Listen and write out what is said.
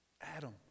Adam